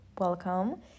welcome